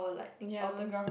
ya